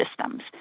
systems